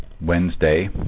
Wednesday